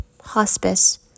hospice